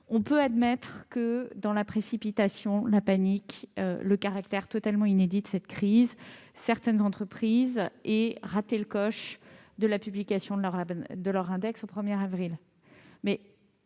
l'on peut admettre que, dans la précipitation, la panique et du fait du caractère totalement inédit de cette crise, certaines entreprises aient raté le coche de la publication de leur index au 1 avril,